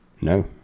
No